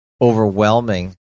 overwhelming